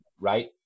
Right